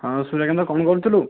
ହଁ ସୂର୍ଯ୍ୟକାନ୍ତ କ'ଣ କରୁଥିଲୁ